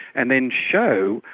and then show,